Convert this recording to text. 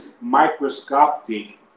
microscopic